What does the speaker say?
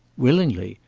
willingly.